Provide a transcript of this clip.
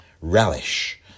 relish